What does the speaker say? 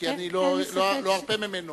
כי אני לא ארפה ממנו.